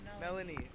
Melanie